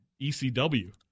ECW